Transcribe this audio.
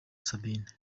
sabine